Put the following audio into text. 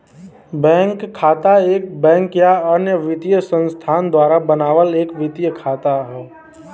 bank खाता एक bank या अन्य वित्तीय संस्थान द्वारा बनावल एक वित्तीय खाता हौ